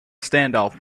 standoff